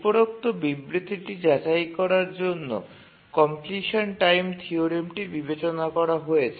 উপরোক্ত বিবৃতিটি যাচাই করার জন্য কমপ্লিশান টাইম থিওরেমটি বিবেচনা করা হয়েছে